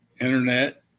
internet